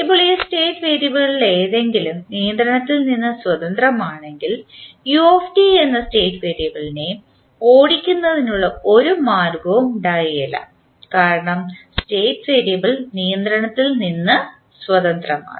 ഇപ്പോൾ ഈ സ്റ്റേറ്റ് വേരിയബിളുകളിലേതെങ്കിലും നിയന്ത്രണത്തിൽ നിന്ന് സ്വതന്ത്രമാണെങ്കിൽ u എന്ന സ്റ്റേറ്റ് വേരിയബിളിനെ ഓടിക്കുന്നതിനുള്ള ഒരു മാർഗ്ഗവും ഉണ്ടാകില്ല കാരണം സ്റ്റേറ്റ് വേരിയബിൾ നിയന്ത്രണത്തിൽ നിന്ന് സ്വതന്ത്രമാണ്